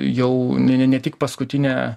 jau ne ne tik paskutinė